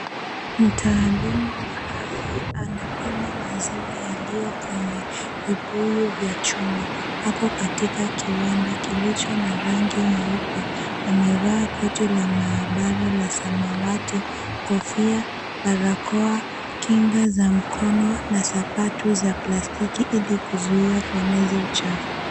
Mtaalamu wa afya anapima maziwa yaliyo kwenye vibuyu vya chuma. Ako katika kiwanda kilicho na rangi nyeupe. Amevaa koti la maabara la samawati, kofia, barakoa, kinga za mkono na zapatu za plastiki ili kuzuia kueneza uchafu.